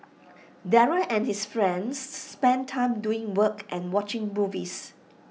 Daryl and his friends spent time doing work and watching movies